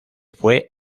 fue